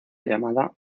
llamada